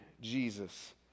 Jesus